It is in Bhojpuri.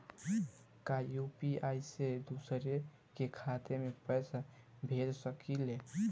का यू.पी.आई से दूसरे के खाते में पैसा भेज सकी ले?